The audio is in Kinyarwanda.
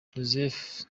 joseph